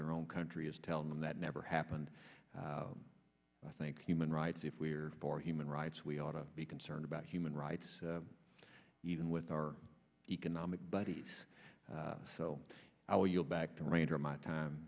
their own country is telling them that never happened i think human rights if we're for human rights we ought to be concerned about human rights even with our economic bodies so i will yield back to ranger my time